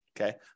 Okay